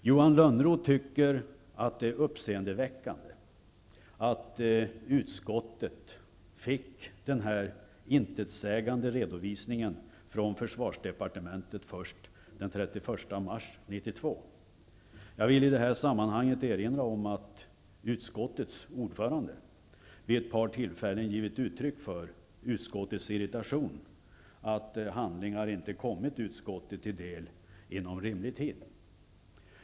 Johan Lönnroth anser det vara uppseendeväckande att utskottet fick denna intetsägande redovisning från försvarsdepartementet först den 31 mars 1992. I detta sammanhang vill jag erinra om att utskottets ordförande vid ett par tillfällen har givit uttryck för utskottets irritation över att handlingar inte kommit utskottet till del inom rimlig tid.